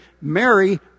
Mary